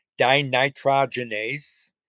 dinitrogenase